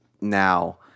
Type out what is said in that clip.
now